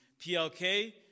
PLK